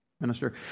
minister